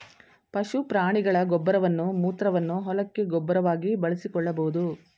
ಪಶು ಪ್ರಾಣಿಗಳ ಗೊಬ್ಬರವನ್ನು ಮೂತ್ರವನ್ನು ಹೊಲಕ್ಕೆ ಗೊಬ್ಬರವಾಗಿ ಬಳಸಿಕೊಳ್ಳಬೋದು